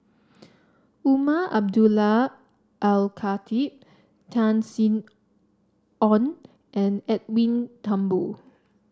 Umar Abdullah Al Khatib Tan Sin Aun and Edwin Thumboo